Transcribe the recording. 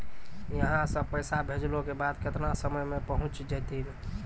यहां सा पैसा भेजलो के बाद केतना समय मे पहुंच जैतीन?